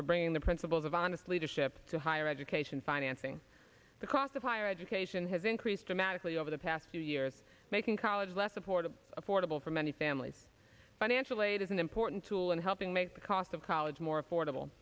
for bringing the principles of honest leadership to higher education financing the cost of higher education has increased dramatically over the past two years making college less supportive affordable for many families financial aid is an important tool in helping make the cost of college more affordable